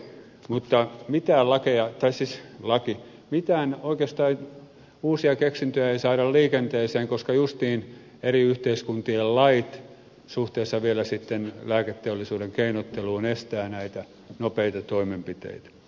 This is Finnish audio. mutta mitään lakeja tai siis laki mitään oikeastaan uusia keksintöjä ei saada liikenteeseen koska justiin eri yhteiskuntien lait suhteessa vielä sitten lääketeollisuuden keinotteluun estävät näitä nopeita toimenpiteitä